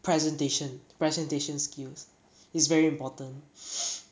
presentation presentation skills is very important